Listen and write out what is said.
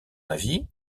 avis